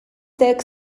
deg